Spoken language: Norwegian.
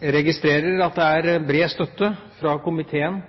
registrerer at det er bred støtte fra komiteen til forslagene i proposisjonen. Det er jeg veldig glad for. Det er